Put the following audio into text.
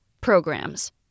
programs